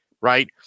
right